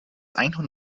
einhorn